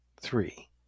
three